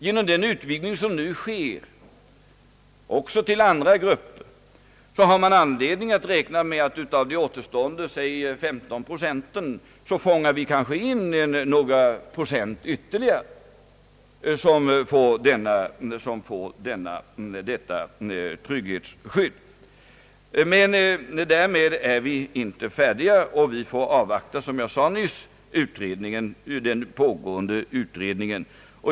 Genom den utvidgning som nu sker också till andra grupper har man anledning att räkna med att vi kanske fångar in några ytterligare procent av de återstående cirka 15 procenten och de får då detta trygghetsskydd. Men därmed är vi inte färdiga, och vi får som jag nyss sade avvakta den pågående utredningen.